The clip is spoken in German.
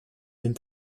den